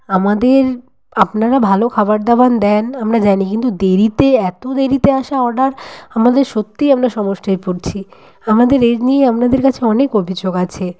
আমাদের আপনারা ভালো খাবারদাবার দেন আমরা জানি কিন্তু দেরিতে এত দেরিতে আসা অর্ডার আমাদের সত্যিই আমরা সমস্যায় পড়ছি আমাদের এই নিয়ে আপনাদের কাছে অনেক অভিযোগ আছে